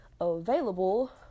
available